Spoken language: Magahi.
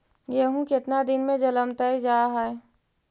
गेहूं केतना दिन में जलमतइ जा है?